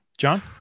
John